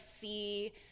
see